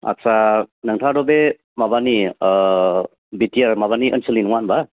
आत्सा नोंथाङाथ' बे माबानि बिटिआर माबानि ओनसोलनि नङा होनबा